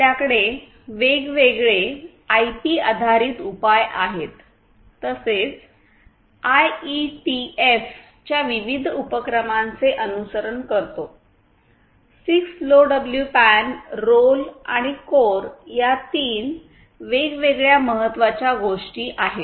तर आपल्याकडे वेगवेगळे आयपी आधारित उपाय आहेत तसेच आयईटीएफ च्या विविध उपक्रमाचे अनुसरण करतो 6 लोडब्ल्यूपॅन रोल आणि कोर या तीन वेगवेगळ्या महत्वाच्या गोष्टी आहेत